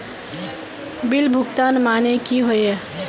Bill भुगतान माने की होय?